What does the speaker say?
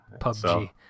PUBG